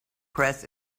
press